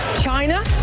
China